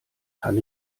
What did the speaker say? kann